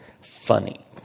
Funny